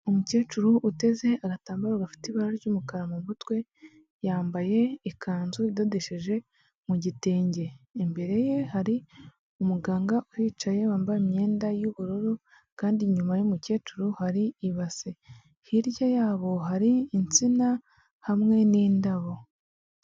Umukecuru uteze agatambaro gafite ibara ry'umukara mu mutwe, yambaye ikanzu idodesheje mu gitenge. Imbere ye hari umuganga uhicaye, wambaye imyenda y'ubururu, kandi inyuma y'umukecuru hari ibase. Hirya yabo hari insina hamwe n'indabo.